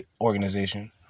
organization